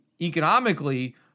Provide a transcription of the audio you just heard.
economically